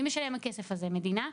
מי משלם הכסף הזה המדינה?